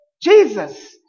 Jesus